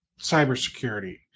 cybersecurity